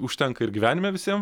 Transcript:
užtenka ir gyvenime visiem